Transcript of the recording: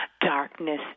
Darkness